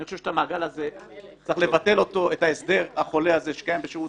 אני חושב שאת ההסדר החולה הזה שקיים בשירות